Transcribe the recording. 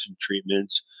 treatments